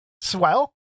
swell